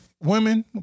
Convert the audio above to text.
Women